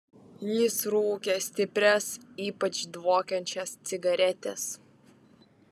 jis rūkė stiprias ypač dvokiančias cigaretes